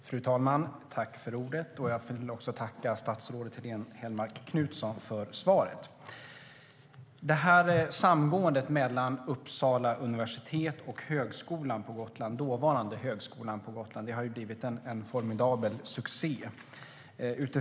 Fru talman! Jag vill tacka statsrådet Helene Hellmark Knutsson för svaret. Samgåendet mellan Uppsala universitet och dåvarande Högskolan på Gotland har blivit en formidabel succé.